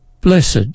Blessed